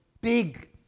big